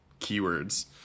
keywords